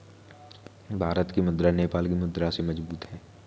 भारत की मुद्रा नेपाल की मुद्रा से मजबूत है